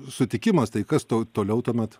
sutikimas tai kas tau toliau tuomet